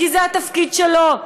כי זה התפקיד שלו.